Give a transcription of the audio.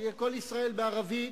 שיהיה "קול ישראל" בערבית,